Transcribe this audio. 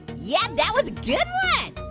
yeah, that was a good